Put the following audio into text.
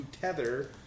tether